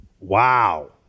Wow